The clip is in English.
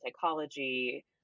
psychology